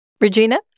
Regina